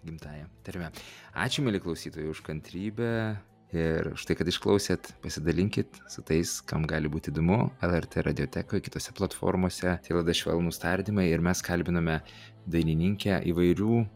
gimtąja tarme ačiū mieli klausytojai už kantrybę ir už tai kad išklausėt pasidalinkit su tais kam gali būt įdomu lrt radiotekoj kitose platformose laida švelnūs tardymai ir mes kalbinome dainininkę įvairių